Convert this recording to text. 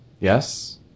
Yes